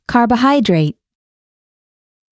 Carbohydrate